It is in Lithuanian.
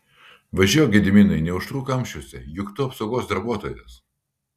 važiuok gediminai neužtruk kamščiuose juk tu apsaugos darbuotojas